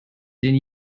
den